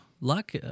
Luck